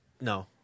No